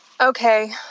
Okay